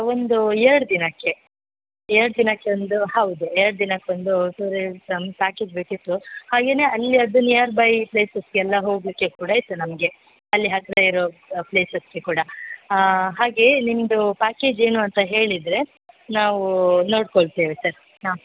ಒಂದು ಎರಡು ದಿನಕ್ಕೆ ಎರಡು ದಿನಕ್ಕೆ ಒಂದು ಹೌದು ಎರಡು ದಿನಕ್ಕೆ ಒಂದು ಟೂರಿಸಮ್ ಪ್ಯಾಕೇಜ್ ಬೇಕಿತ್ತು ಹಾಗೆಯೇ ಅಲ್ಲಿಯದು ನಿಯರ್ ಬೈ ಪ್ಲೇಸಸ್ಗೆಲ್ಲ ಹೋಗಲಿಕ್ಕೆ ಕೂಡ ಇತ್ತು ನಮಗೆ ಅಲ್ಲಿ ಹತ್ತಿರ ಇರೋ ಪ್ಲೇಸ್ಗೆ ಕೂಡ ಹಾಗೆಯೆ ನಿಮ್ಮದು ಪ್ಯಾಕೆಜ್ ಏನು ಅಂತ ಹೇಳಿದರೆ ನಾವು ನೋಡ್ಕೊಳ್ತೀವಿ ಸರ್ ಹಾಂ